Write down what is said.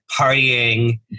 partying